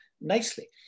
nicely